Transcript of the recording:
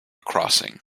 crossing